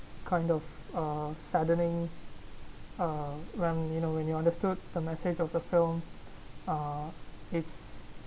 kind of uh suddenly uh when you know when you understood the message of the film uh it's